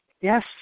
Yes